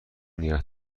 نگه